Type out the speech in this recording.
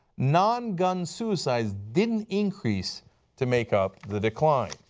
non-gun suicide didn't increase to make up the decline.